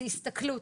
זו הסתכלות.